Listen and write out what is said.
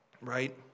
right